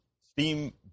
Steam